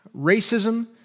Racism